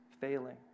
failing